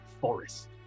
forest